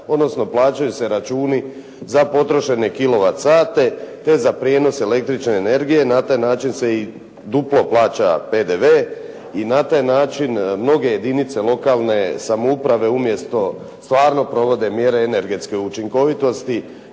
odnosno plaćaju se računi za potrošene kilovat sate te za prijenos električne energije. Na taj način se i duplo plaća PDV i na taj način mnoge jedinice lokalne samouprave umjesto stvarno provode mjere energetske učinkovitosti